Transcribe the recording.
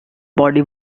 body